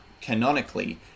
canonically